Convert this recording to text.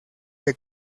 que